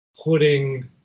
putting